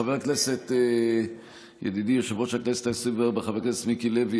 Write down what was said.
חבר הכנסת ידידי יושב-ראש הכנסת העשרים-וארבע חבר הכנסת מיקי לוי,